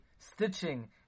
Stitching